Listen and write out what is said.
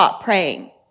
praying